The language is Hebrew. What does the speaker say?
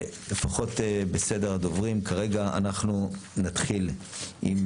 לפחות בסדר הדוברים כרגע אנחנו נתחיל עם